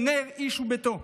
"נר איש וביתו",